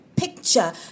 picture